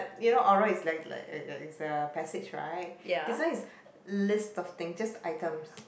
you know oral is like like like like the passage right this one is list of thing just items